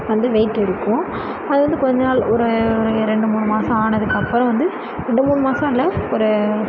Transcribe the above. வந்து வெயிட் இருக்கும் அது வந்து கொஞ்ச நாள் ஒரு ரெண்டு மூணு மாதம் ஆனதுக்கப்புறம் வந்து ரெண்டு மூணு மாதம் இல்லை ஒரு